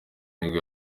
nibwo